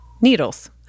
needles